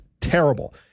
terrible